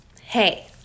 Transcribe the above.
Hey